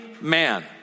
man